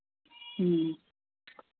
ह्म्म